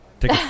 Take